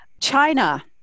China